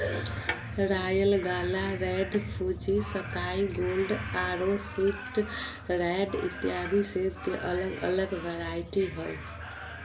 royal Gala, Red Fuji, सताई Gold आरो Sweet Red इत्यादि सेब के अलग अलग वैरायटी हय